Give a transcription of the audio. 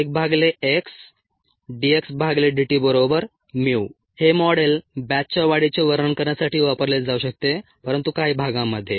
1xdxdtμ हे मॉडेल बॅचच्या वाढीचे वर्णन करण्यासाठी वापरले जाऊ शकते परंतु काही भागांमध्ये